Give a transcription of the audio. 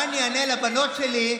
מה אני אענה לבנות שלי,